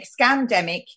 scandemic